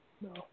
No